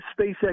SpaceX